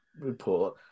report